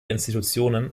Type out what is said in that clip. institutionen